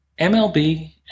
MLB